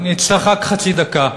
אני אצטרך רק חצי דקה.